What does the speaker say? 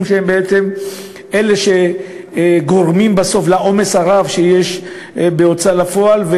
שהם בעצם אלה שגורמים בסוף לעומס הרב שיש בהוצאה לפועל.